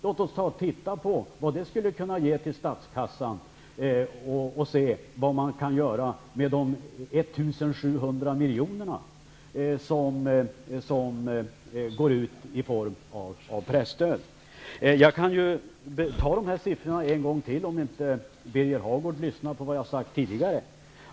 Låt oss titta på vad det skulle ge till statskassan och se vad man kan göra med de 1 700 miljonerna som går ut i form av presstöd! Jag kan ta siffrorna en gång till, om Birger Hagård inte lyssnade på vad jag sade tidigare.